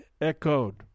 echoed